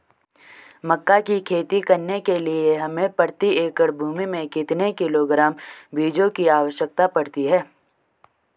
मक्का की खेती करने के लिए हमें प्रति एकड़ भूमि में कितने किलोग्राम बीजों की आवश्यकता पड़ती है?